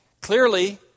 Clearly